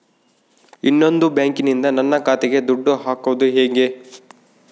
ಇನ್ನೊಂದು ಬ್ಯಾಂಕಿನಿಂದ ನನ್ನ ಖಾತೆಗೆ ದುಡ್ಡು ಹಾಕೋದು ಹೇಗೆ?